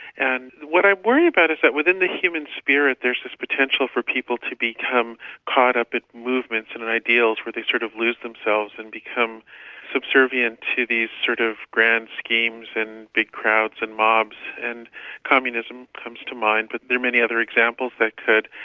and what i worry about is that within the human spirit there's this potential for people to become caught up in movements and and ideals where they sort of lose themselves and become subservient to these sort of grand schemes and big crowds and mobs and communism comes to mind, but there are many other examples that could.